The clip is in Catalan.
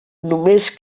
només